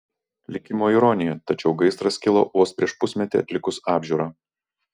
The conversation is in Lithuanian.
likimo ironija tačiau gaisras kilo vos prieš pusmetį atlikus apžiūrą